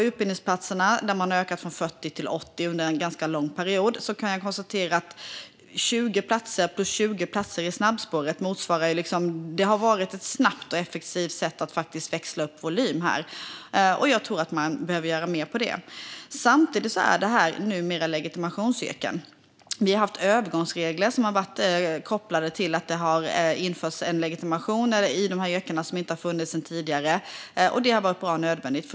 Utbildningsplatserna har varit utökade från 40 till 80 under en ganska lång period, och jag kan konstatera att 20 plus 20 platser i snabbspåret faktiskt har varit ett snabbt och effektivt sätt att öka volymen. Jag tror att man behöver göra mer där. Samtidigt är detta numera legitimationsyrken. Vi har haft övergångsregler som har varit kopplade till att det har införts en legitimation i dessa yrken som inte har funnits tidigare, och det har varit bra och nödvändigt.